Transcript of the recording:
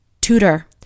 tutor